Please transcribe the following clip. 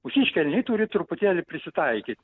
mūsiškiai elniai turi truputėlį prisitaikyt